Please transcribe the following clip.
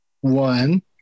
One